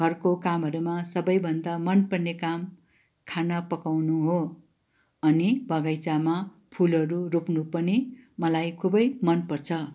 घरको कामहरूमा सबैभन्दा मन पर्ने काम खाना पकाउनु हो अनि बगैँचामा फुलहरू रोप्नु पनि मलाई खुबै मन पर्छ